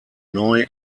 neu